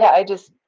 i just.